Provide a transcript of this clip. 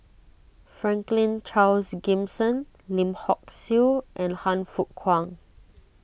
Franklin Charles Gimson Lim Hock Siew and Han Fook Kwang